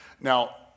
Now